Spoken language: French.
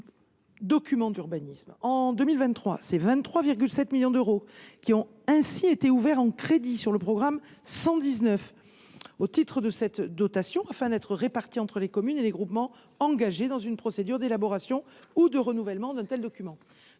« documents d’urbanisme ». En 2023, 23,7 millions d’euros ont ainsi été ouverts en crédits sur le programme 119 au titre de cette dotation, afin d’être répartis entre les communes et les groupements engagés dans une procédure d’élaboration ou de renouvellement d’un tel document.